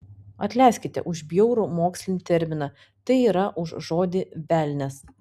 atleiskite už bjaurų mokslinį terminą tai yra už žodį velnias